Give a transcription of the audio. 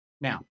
Now